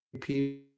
people